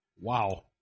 Wow